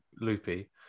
loopy